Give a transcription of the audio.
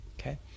okay